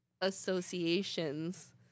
associations